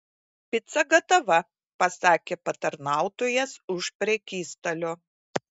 pica gatava pasakė patarnautojas už prekystalio